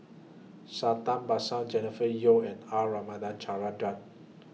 Santha Bhaskar Jennifer Yeo and R Ramachandran